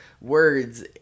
words